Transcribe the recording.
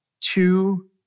two